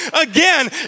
again